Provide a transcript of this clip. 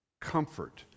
comfort